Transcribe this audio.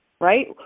right